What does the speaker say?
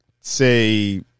say